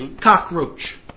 cockroach